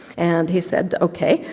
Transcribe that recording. and he said, okay,